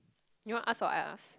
you want ask or I ask